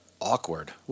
awkward